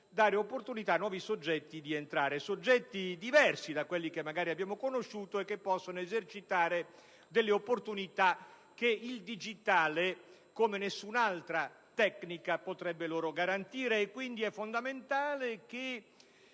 dà l'opportunità a nuovi soggetti di entrare, soggetti diversi da quelli che abbiamo conosciuto e che possono esercitare delle opportunità che il digitale, come nessuna altra tecnica, potrebbe loro garantire. È quindi fondamentale che